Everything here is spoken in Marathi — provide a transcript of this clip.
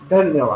धन्यवाद